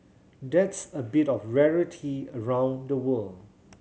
that's a bit of rarity around the world